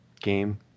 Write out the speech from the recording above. game